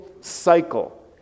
cycle